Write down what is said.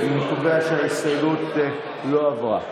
ההסתייגות (7)